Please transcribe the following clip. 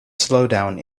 slowdown